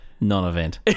non-event